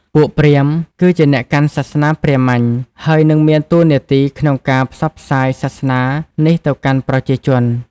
ពួកព្រាហ្មណ៍ គឺជាអ្នកកាន់សាសនាព្រាហ្មញ្ញ ហើយនិងមានតួនាទីក្នុងការផ្សព្វផ្សាយសាសនានេះទៅកាន់ប្រជាជន។